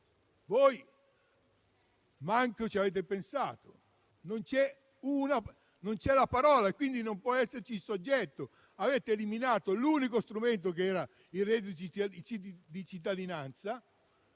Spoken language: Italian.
Voi nemmeno ci avete pensato. Non c'è quella parola, quindi non può esserci il soggetto. Avete eliminato l'unico strumento che era il reddito di cittadinanza